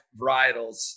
varietals